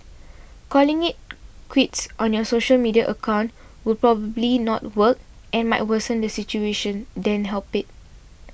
calling it quits on your social media accounts will probably not work and might worsen the situation than help it